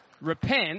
Repent